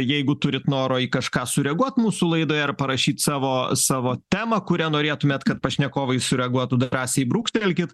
jeigu turit noro į kažką sureaguot mūsų laidoje ar parašyti savo savo temą kuria norėtumėt kad pašnekovai sureaguotų drąsiai brūkštelkit